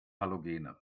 halogene